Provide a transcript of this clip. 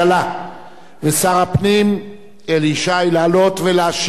ישי לעלות ולהשיב על שאילתא בעל-פה של חבר